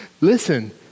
Listen